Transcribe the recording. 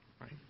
right